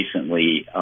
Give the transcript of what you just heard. recently